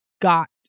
got